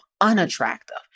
unattractive